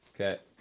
Okay